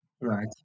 Right